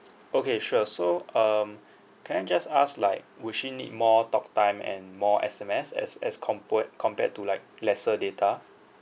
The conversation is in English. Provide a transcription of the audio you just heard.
okay sure so um can I just ask like would she need more talk time and more S_M_S as as compared compared to like lesser data